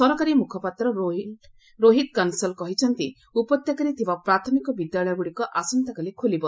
ସରକାରୀ ମୁଖପାତ୍ର ରୋହିତ କଂସଲ୍ କହିଛନ୍ତି ଉପତ୍ୟକାରେ ଥିବା ପ୍ରାଥମିକ ବିଦ୍ୟାଳୟଗୁଡ଼ିକ ଆସନ୍ତାକାଲି ଖୋଲିବ